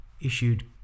issued